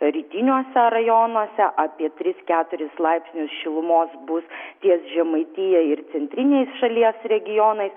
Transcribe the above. rytiniuose rajonuose apie tris keturis laipsnius šilumos bus ties žemaitija ir centriniais šalies regionais